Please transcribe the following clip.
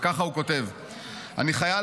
וככה הוא כותב: אני חייל,